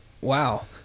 wow